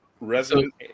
Resident